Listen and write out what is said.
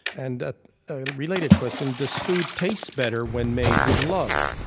and a related question does food taste better when made with love?